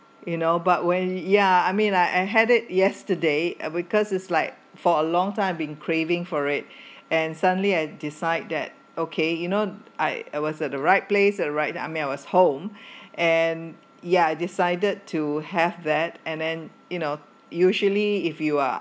you know but when yeah I mean I I had it yesterday uh because it's like for a long time been craving for it and suddenly I decide that okay you know I I was uh at the right place right I mean I was home and ya I decided to have that and then you know usually if you are